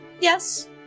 Yes